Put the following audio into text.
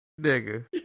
Nigga